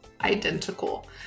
identical